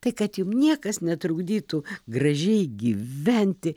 tai kad jum niekas netrukdytų gražiai gyventi